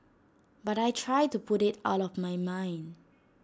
but I try to put IT out of my mind